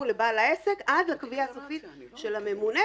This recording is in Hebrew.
לבעל העסק עד לקביעה הסופית של הממונה,